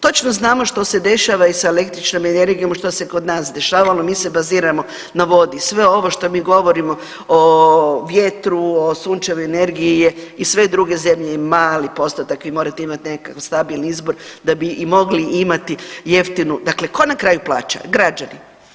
Točno znamo što se dešava i sa električnom energijom, što se kod nas dešavalo, mi se baziramo na vodi i sve ovo što mi govorimo o vjetru, o sunčevoj energiji je i sve druge zemlje je mali postotak, vi morate imati nekakav stabilni izvor da bi i mogli imati jeftinu, dakle tko na kraju plaća, građani.